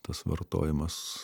tas vartojimas